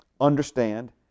understand